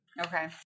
Okay